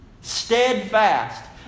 Steadfast